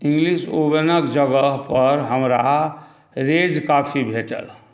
English ओवनके जगहपर हमरा रेज कॉफी भेटल